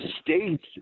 states